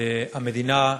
המדינה,